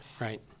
Right